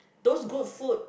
those good food